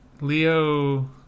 Leo